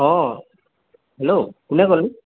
অঁ হেল্ল' কোনে ক'লে